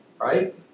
right